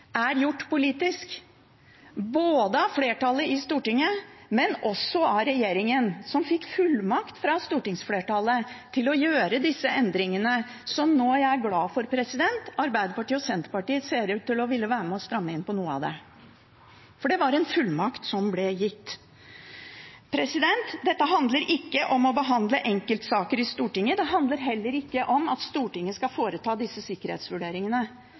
er gjort politisk, både av flertallet i Stortinget og også av regjeringen, som fikk fullmakt fra stortingsflertallet til å gjøre disse endringene, som jeg nå er glad for at Arbeiderpartiet og Senterpartiet ser ut til å ville være med på å stramme inn på noe av det. Det var en fullmakt som ble gitt. Dette handler ikke om å behandle enkeltsaker i Stortinget. Det handler heller ikke om at Stortinget skal foreta disse sikkerhetsvurderingene,